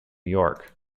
york